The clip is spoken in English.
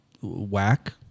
whack